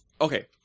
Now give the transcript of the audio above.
Okay